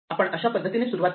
आपण अशा पद्धतीने सुरुवात करू